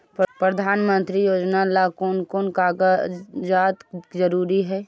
प्रधानमंत्री योजना ला कोन कोन कागजात जरूरी है?